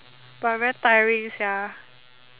but very tiring ya